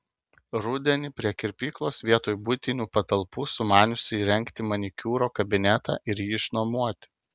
rudenį prie kirpyklos vietoj buitinių patalpų sumaniusi įrengti manikiūro kabinetą ir jį išnuomoti